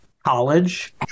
College